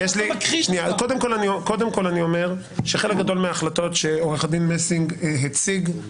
קודם כל אני אומר שחלק גדול מההחלטות שעורך הדין מסינג הציג,